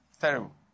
Terrible